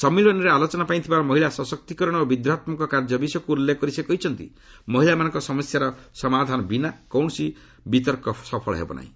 ସମ୍ମିଳନୀରେ ଆଲୋଚନାପାଇଁ ଥିବା ମହିଳା ସଶକ୍ତିକରଣ ଓ ବିଦ୍ରୋହାତ୍ମକ କାର୍ଯ୍ୟ ବିଷୟକୁ ଉଲ୍ଲେଖ କରି ସେ କହିଛନ୍ତି ମହିଳାମାନଙ୍କ ସମସ୍ୟାର ସମାଧାନ ବିନା କୌଣସି ବିତର୍କ ସଫଳ ହେବ ନାହିଁ